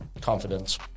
confidence